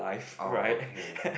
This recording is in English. orh okay